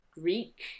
Greek